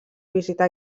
visita